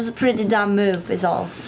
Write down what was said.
was a pretty dumb move, is all.